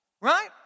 Right